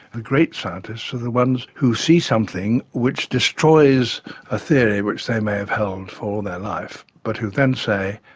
the great scientists are the ones who see something which destroys a theory which they may have held for all their life but who then say,